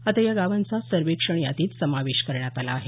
आता या गावांचा सर्वेक्षण यादीत समावेश करण्यात आला आहे